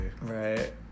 Right